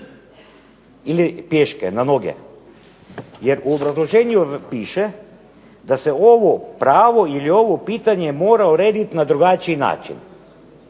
ili pješke na noge. Jer u obrazloženju piše da se ovo pravo ili ovo pitanje mora urediti na drugačiji način.